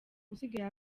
usigaye